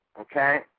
Okay